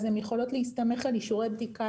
אז הן יכולות להסתמך על אישורי בדיקה